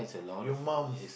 your mum